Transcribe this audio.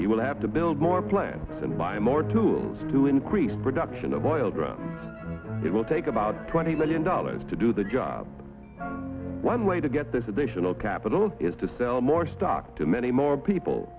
it will have to build more plants and buy more tools to increase production of oil drums it will take about twenty million dollars to do the job one way to get this additional capital is to sell more stock to many more people